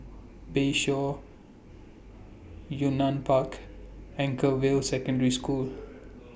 Bayshore Yunnan Park and Anchorvale Secondary School